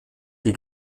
die